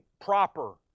proper